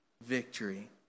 victory